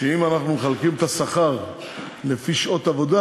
אנחנו מחלקים את השכר לפי שעות עבודה,